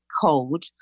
cold